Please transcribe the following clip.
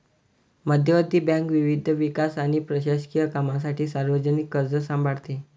मध्यवर्ती बँक विविध विकास आणि प्रशासकीय कामांसाठी सार्वजनिक कर्ज सांभाळते